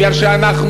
כי אנחנו,